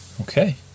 Okay